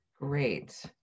Great